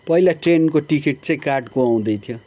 पहिला ट्रेनको टिकेट चाहिँ काठको आउँदैथ्यो